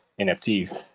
NFTs